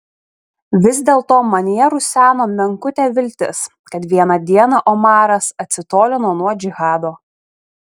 vis dėlto manyje ruseno menkutė viltis kad vieną dieną omaras atsitolino nuo džihado